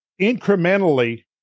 incrementally